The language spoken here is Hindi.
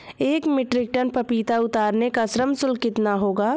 एक मीट्रिक टन पपीता उतारने का श्रम शुल्क कितना होगा?